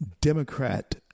democrat